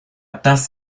das